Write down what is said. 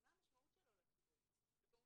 עם מה המשמעות שלו לציבור.